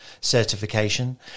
certification